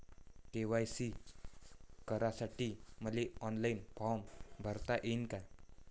KYC करासाठी मले online form भरता येईन का?